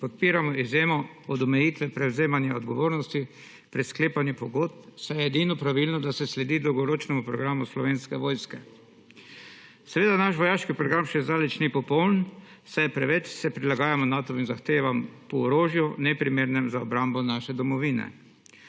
podpiramo izjemo od omejitve prevzemanja odgovornosti pri sklepanju pogodb, saj je edino pravilno, da se sledi dolgoročnemu programu Slovenske vojske. Seveda naš vojaški program še zdaleč ni popoln, saj se preveč prilagajamo Natovim zahtevam po orožju, neprimernem za obrambo naše domovine.